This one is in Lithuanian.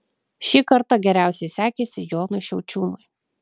šį kartą geriausiai sekėsi jonui šiaučiūnui